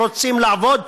ורוצים לעבוד,